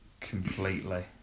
Completely